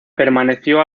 permaneció